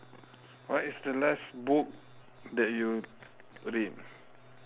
what is the last book that you read